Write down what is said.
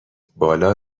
بالا